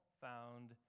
found